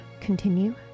continue